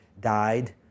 died